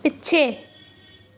ਪਿੱਛੇ